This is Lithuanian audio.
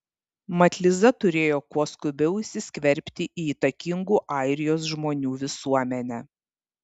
mat liza turėjo kuo skubiau įsiskverbti į įtakingų airijos žmonių visuomenę